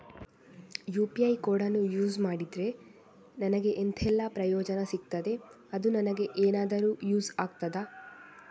UPI ಕೋಡನ್ನು use ಮಾಡಿದ್ರೆ ನನಗೆ ಎಂಥೆಲ್ಲಾ ಪ್ರಯೋಜನ ಸಿಗ್ತದೆ, ಅದು ನನಗೆ ಎನಾದರೂ ಯೂಸ್ ಆಗ್ತದಾ?